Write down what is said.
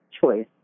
choice